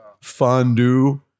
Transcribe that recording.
fondue